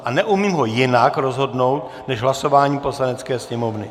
A neumím ho jinak rozhodnout než v hlasování Poslanecké sněmovny.